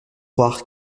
croire